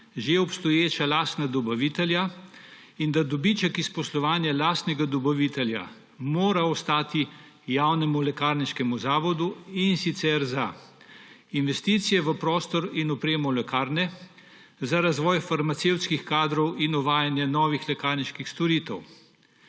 že obstoječega lastnega dobavitelja in da dobiček iz poslovanja lastnega dobavitelja mora ostati javnemu lekarniškemu zavodu, in sicer za investicije v prostor in opremo lekarne, za razvoj farmacevtskih kadrov in uvajanje novih lekarniških storitev.